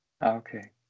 okay